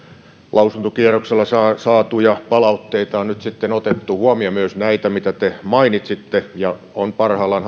lausuntokierroksella saatuja palautteita on nyt sitten otettu huomioon myös näitä mitä te mainitsitte ja hallituksen esitys on parhaillaan